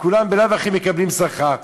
וכולם בלאו הכי מקבלים שכר,